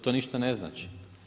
To ništa ne znači.